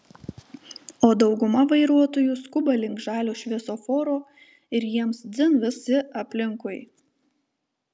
o dauguma vairuotojų skuba link žalio šviesoforo ir jiems dzin visi aplinkui